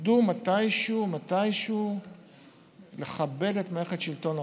ידעו מתישהו לכבד את מערכת שלטון החוק.